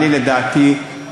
לדעתי,